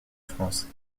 france